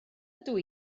ydw